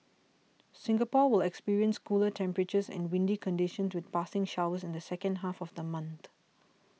Singapore will experience cooler temperatures and windy conditions with passing showers in the second half of the month